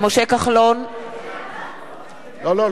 נגד.